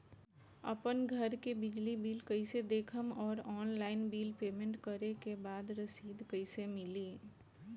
आपन घर के बिजली बिल कईसे देखम् और ऑनलाइन बिल पेमेंट करे के बाद रसीद कईसे मिली?